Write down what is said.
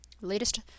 latest